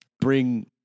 bring